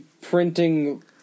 printing